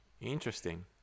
Interesting